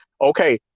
Okay